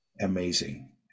amazing